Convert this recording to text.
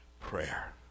prayer